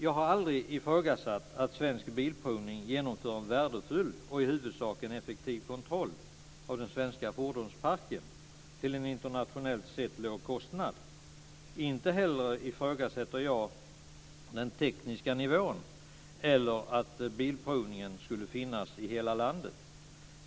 Jag har aldrig ifrågasatt att Svensk Bilprovning genomför en värdefull och i huvudsak effektiv kontroll av den svenska fordonsparken till en internationellt sett låg kostnad. Inte heller ifrågasätter jag den tekniska nivån eller att Bilprovningen skulle finnas i hela landet.